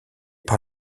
par